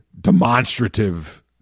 demonstrative